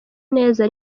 neza